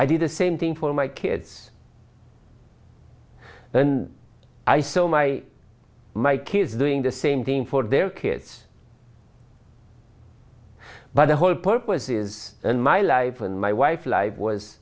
a same thing for my kids then i saw my my kids doing the same thing for their kids but the whole purpose is and my life and my wife's life was